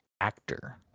actor